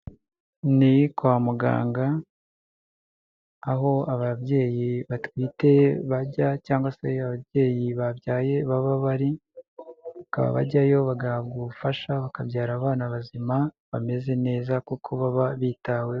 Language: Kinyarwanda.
Ni kwa muganga, aho ababyeyi batwite bajya cyangwa se ababyeyi babyaye baba bari, bakaba bajyayo bagahabwa ubufasha bakabyara abana bazima bameze neza kuko baba bitaweho.